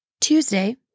Tuesday